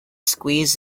squeezed